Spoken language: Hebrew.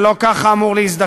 ולא ככה הוא אמור להזדקן.